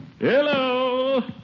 Hello